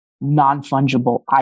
non-fungible